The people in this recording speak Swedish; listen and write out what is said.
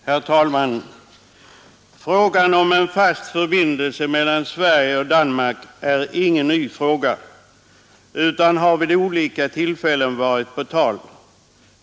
Herr talman! Frågan om fast förbindelse mellan Sverige och Danmark är ingen ny fråga utan har vid olika tillfällen varit på tal.